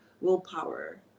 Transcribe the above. willpower